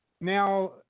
now